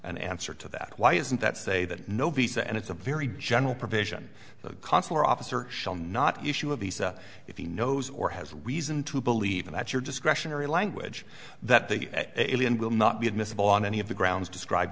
an answer to that why isn't that say that no visa and it's a very general provision that consular officer shall not issue of these if he knows or has reason to believe that your discretionary language that they will not be admissible on any of the grounds described